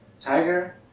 Tiger